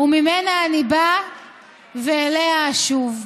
וממנה אני בא ואליה אשוב.